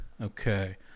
Okay